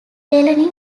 delany